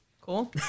Cool